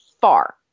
far